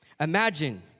Imagine